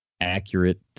accurate